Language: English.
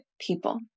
people